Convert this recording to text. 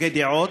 הוגה דעות,